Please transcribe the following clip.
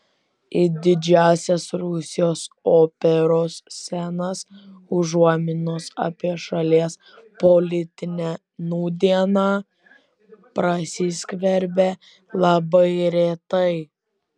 į didžiąsias rusijos operos scenas užuominos apie šalies politinę nūdieną prasiskverbia labai retai